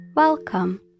Welcome